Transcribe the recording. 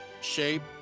shape